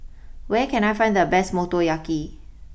where can I find the best Motoyaki